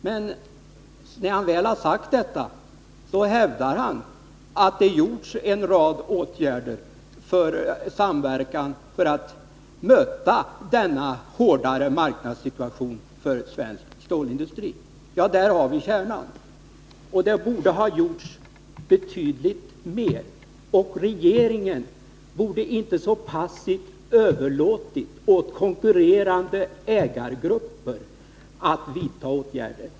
Men när han väl har sagt detta hävdar han att det vidtagits en rad åtgärder för att åstadkomma samverkan när det gäller att möta denna för svensk stålindustri hårdare marknadssituation. Där har vi kärnan. Det borde ha gjorts betydligt mer, och regeringen borde inte så passivt ha överlåtit åt konkurrerande ägargrupper att vidta åtgärder.